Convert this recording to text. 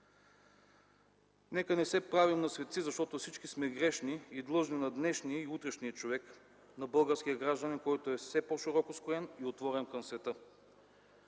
Нека не се правим на светци, защото всички сме грешни и длъжни на днешния и утрешния човек, на българския гражданин, който е все по-широко скроен и отворен към света.